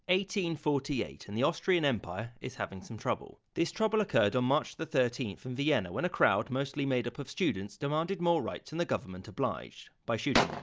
forty eight, and the austrian empire is having some trouble. this trouble occured on march the thirteenth in vienna, when a crowd, mostly made up of students, demanded more rights, and the government obliged. by shooting